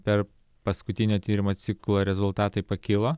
per paskutinio tyrimo ciklą rezultatai pakilo